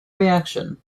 reaction